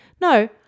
No